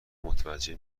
متوجه